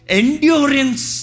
endurance